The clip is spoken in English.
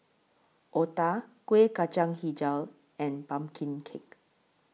Otah Kuih Kacang Hijau and Pumpkin Cake